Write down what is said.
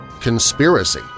conspiracy